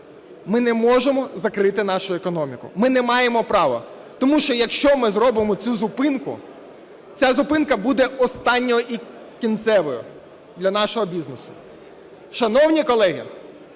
ми не можемо закрити нашу економіку, ми не маємо права. Тому що, якщо ми зробимо цю зупинку, ця зупинка буде останньою і кінцевою для нашого бізнесу. Шановні колеги,